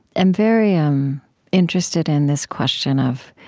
i'm very um interested in this question of